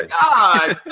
God